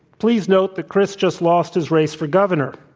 please note that kris just lost his race for governor